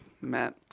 Matt